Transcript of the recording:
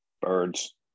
birds